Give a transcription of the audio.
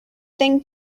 thing